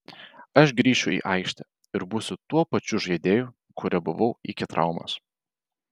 aš grįšiu į aikštę ir būsiu tuo pačiu žaidėju kuriuo buvau iki traumos